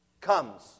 comes